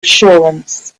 assurance